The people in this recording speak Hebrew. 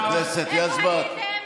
איפה הייתם?